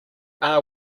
are